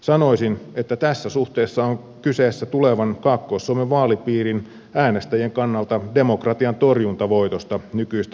sanoisin että tässä suhteessa on kyseessä tulevan kaakkois suomen vaalipiirin äänestäjien kannalta demokratian torjuntavoitto nykyistä lainsäädäntöä vastaan